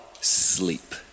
sleep